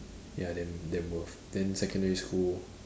ya damn damn worth then secondary school